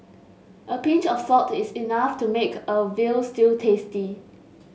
a pinch of salt is enough to make a veal stew tasty